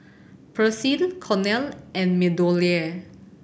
Persil Cornell and MeadowLea